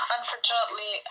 Unfortunately